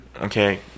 okay